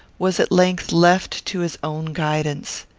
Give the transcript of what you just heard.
was at length left to his own guidance.